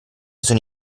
sono